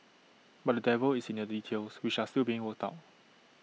but the devil is in the details which are still being worked out